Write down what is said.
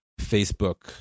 Facebook